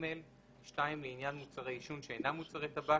9(ג); (2)לעניין מוצרי עישון שאינם מוצר טבק